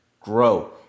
grow